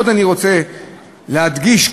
עוד אני רוצה להדגיש,